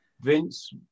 Vince